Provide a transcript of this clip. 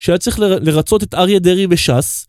שהיה צריך לרצות את אריה דרעי וש"ס.